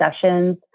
sessions